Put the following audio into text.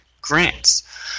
grants